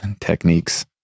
techniques